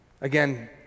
Again